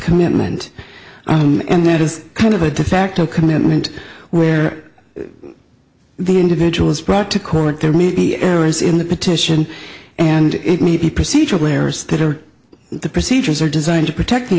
commitment and that is kind of a de facto commitment where the individual is brought to court there may be errors in the petition and it may be procedural errors that are the procedures are designed to protect the